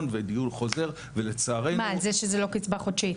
ודיון וחוזר ולצערנו --- מה על זה שזה לא קצבה חודשית?